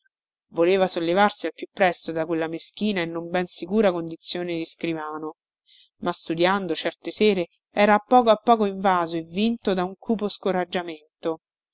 voleva sollevarsi al più presto da quella meschina e non ben sicura condizione di scrivano ma studiando certe sere era a poco a poco invaso e vinto da un cupo scoraggiamento